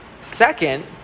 Second